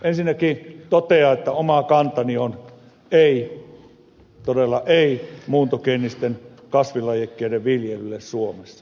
ensinnäkin totean että oma kantani on ei todella ei muuntogeenisten kasvilajikkeiden viljelyyn suomessa kielteinen